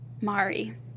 Mari